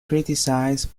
criticized